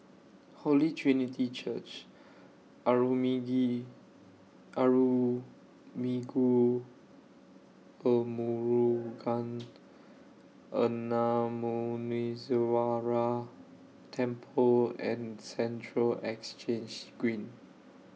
Holy Trinity Church Arulmigu Velmurugan Gnanamuneeswarar Temple and Central Exchange Green